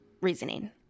reasoning